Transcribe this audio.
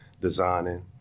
designing